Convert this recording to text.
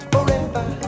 Forever